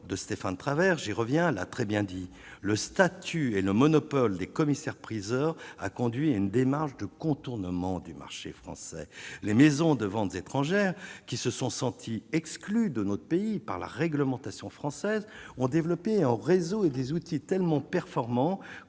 de Stéphane Travert j'revient l'a très bien dit, le statut et le monopole des commissaires-priseurs a conduit une démarche de contournement du marché français, les maisons de vente étrangères qui se sont sentis exclus de notre pays par la réglementation française ont développé en réseau et des outils tellement performant